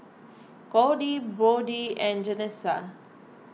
Cordie Bode and Janessa